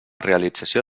realització